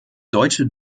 deutsche